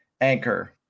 anchor